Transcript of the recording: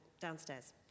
downstairs